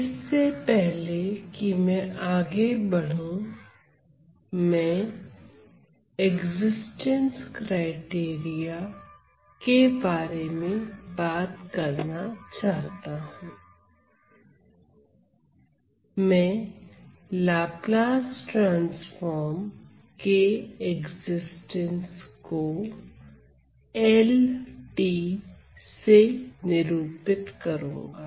इससे पहले कि मैं आगे बढूं मैं एक्जिस्टेंस क्राइटेरिया के बारे में बात करना चाहता हूं मैं लाप्लास ट्रांसफॉर्म के एक्जिस्टेंस को LT से निरूपित करूंगा